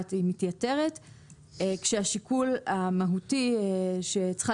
המוצעת מתייתרת כאשר השיקול המהותי שצריכה